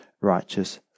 righteous